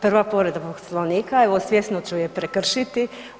Prva povreda Poslovnika, evo svjesno ću je prekršiti.